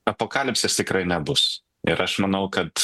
apokalipsės tikrai nebus ir aš manau kad